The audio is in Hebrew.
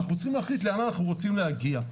אנחנו צריכים להחליט לאן אנחנו רוצים להגיע,